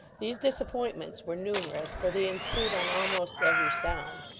these disappointments were numerous, for they ensued on almost every sound,